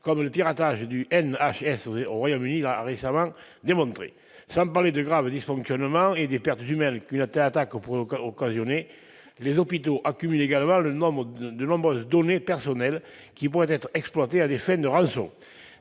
récemment le piratage du NHS au Royaume-Uni. Sans parler des graves dysfonctionnements et des pertes humaines qu'une telle attaque pourrait occasionner, les hôpitaux accumulent également de nombreuses données personnelles qui pourraient être exploitées à des fins de rançon.